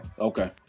okay